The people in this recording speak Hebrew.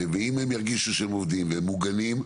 ואם הם ירגישו שהם עובדים והם מוגנים,